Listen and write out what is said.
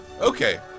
okay